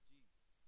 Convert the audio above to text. Jesus